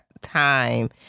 time